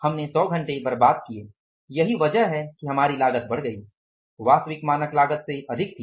हमने 100 घंटे बर्बाद किए यही वजह है कि हमारी लागत बढ़ गई वास्तविक लागत मानक लागत से अधिक थी